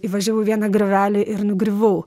įvažiavau į vieną griovelį ir nugriuvau